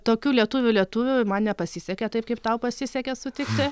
tokių lietuvių lietuvių man nepasisekė taip kaip tau pasisekė sutikti